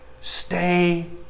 Stay